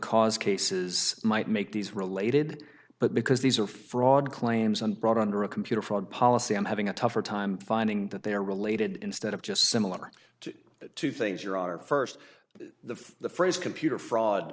cause cases might make these related but because these are fraud claims and brought under a computer fraud policy i'm having a tougher time finding that they are related instead of just similar to two things your order first the phrase computer fraud